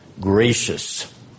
gracious